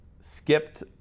skipped